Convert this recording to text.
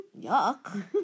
Yuck